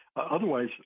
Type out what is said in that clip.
otherwise